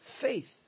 faith